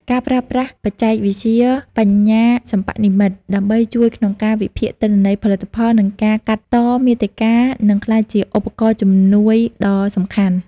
ការប្រើប្រាស់បច្ចេកវិទ្យាបញ្ញាសិប្បនិម្មិត ដើម្បីជួយក្នុងការវិភាគទិន្នន័យផលិតផល និងការកាត់តមាតិកា នឹងក្លាយជាឧបករណ៍ជំនួយដ៏សំខាន់។